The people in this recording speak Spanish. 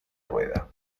rueda